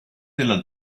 della